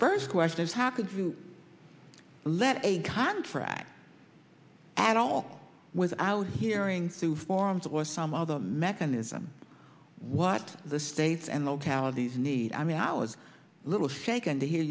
first question is how could you let a contract at all without hearing through forms or some other mechanism what the states and localities need i mean i was a little shaken to hear